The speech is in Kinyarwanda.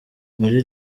muri